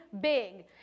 Big